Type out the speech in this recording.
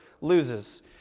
loses